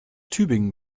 tübingen